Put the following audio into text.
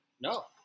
No